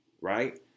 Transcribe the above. right